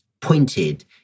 pointed